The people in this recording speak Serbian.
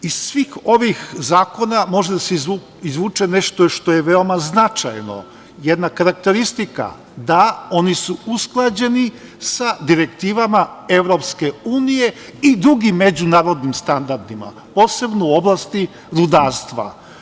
Iz svih ovih zakona može da se izvuče nešto što je veoma značajno, jedna karakteristika, da oni su usklađeni sa direktivama EU i drugim međunarodnim standardima, posebno u oblasti rudarstva.